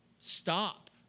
stop